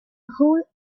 whole